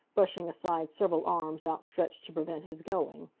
brushing aside several arms outstretched to prevent his going.